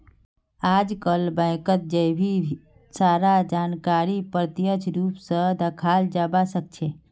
आजकल बैंकत जय भी सारा जानकारीक प्रत्यक्ष रूप से दखाल जवा सक्छे